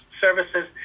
Services